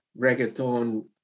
reggaeton